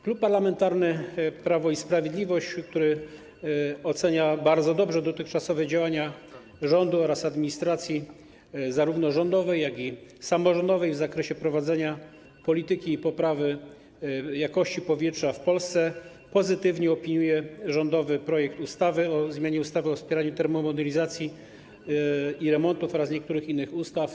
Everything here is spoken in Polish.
Klub Parlamentarny Prawo i Sprawiedliwość, który ocenia bardzo dobrze dotychczasowe działania rządu oraz administracji, zarówno rządowej, jak i samorządowej, w zakresie prowadzenia polityki poprawy jakości powietrza w Polsce, pozytywnie opiniuje rządowy projekt ustawy o zmianie ustawy o wspieraniu termomodernizacji i remontów oraz niektórych innych ustaw.